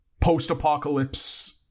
post-apocalypse